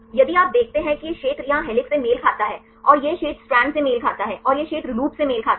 यदि आप देखते हैं कि यह क्षेत्र यहां हेलिक्स से मेल खाता है और यह क्षेत्र स्ट्रैंड से मेल खाता है और यह क्षेत्र लूप से मेल खाता है